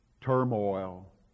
turmoil